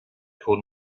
called